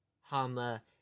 Hama